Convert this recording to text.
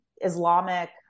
Islamic